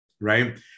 right